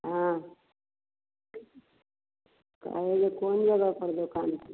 हाँ कहे न कौन जगह पर दुकान किए हैं